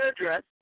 address